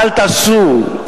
אל תעשו,